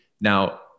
Now